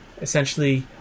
essentially